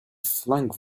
flung